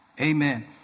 Amen